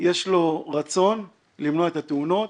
יש לו רצון למנוע את התאונות,